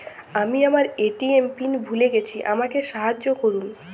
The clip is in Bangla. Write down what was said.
আমি আমার এ.টি.এম পিন ভুলে গেছি আমাকে সাহায্য করুন